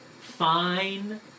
fine